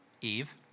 Eve